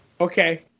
Okay